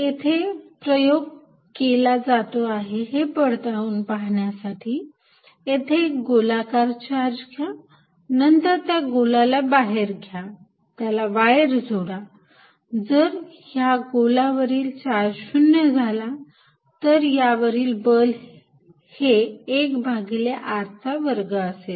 तर येथे प्रयोग केला जातो हे पडताळून पाहण्यासाठी येथे एक गोलाकार चार्ज घ्या आणि नंतर त्या गोलाला बाहेर घ्या त्याला वायर जोडा जर ह्या गोलावरील चार्ज शून्य झाला तर यावरील बल हे एक भागिले r चा वर्ग असेल